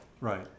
Right